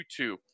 YouTube